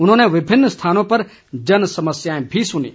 उन्होंने विभिन्न स्थानों पर जन समस्याएं भी सूनीं